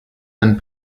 and